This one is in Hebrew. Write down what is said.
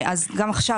אז גם עכשיו,